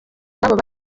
ubwabo